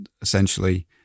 essentially